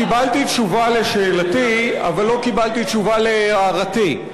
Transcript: קיבלתי תשובה לשאלתי אבל לא קיבלתי תשובה להערתי.